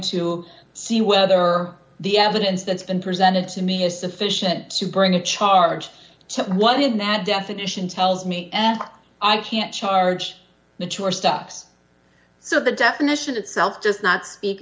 to see whether the evidence that's been presented to me is sufficient to bring a charge to what in that definition tells me and i can't charge mature stops so the definition itself just not